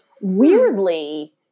weirdly